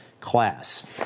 Class